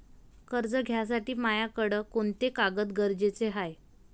कर्ज घ्यासाठी मायाकडं कोंते कागद गरजेचे हाय?